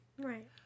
Right